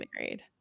married